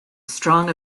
strong